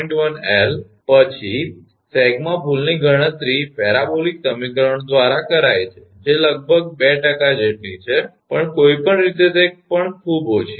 1𝐿 પછી સેગમાં ભૂલની ગણતરી પેરાબોલિક સમીકરણો દ્વારા કરાય છે જે લગભગ 2 જેટલી છે પણ કોઇપણ રીતે તે પણ ખૂબ ઓછી છે